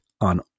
on